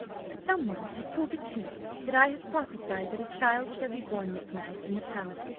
someone has told the king that i have prophesied that a child shall be born this night in the palace,